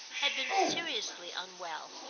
had been seriously unwell,